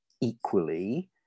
equally